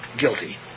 guilty